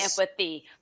empathy